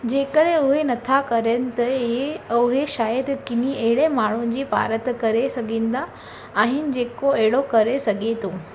जे कॾहिं उहे नथा करनि त उहे शायदि किनी अहिड़े माण्हूअ जी पारत करे सघंदा आहिनि जेको एहिड़ो करे सघे थो